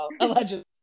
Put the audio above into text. Allegedly